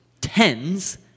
tens